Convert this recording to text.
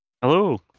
Hello